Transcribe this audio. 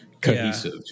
cohesive